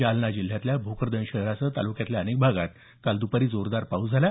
जालना जिल्ह्यातल्या भोकरदन शहरासह तालुक्यातल्या अनेक भागात काल दुपारी जोरदार पाऊस झाला